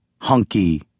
Hunky